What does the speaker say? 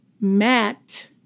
Matt